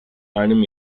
einem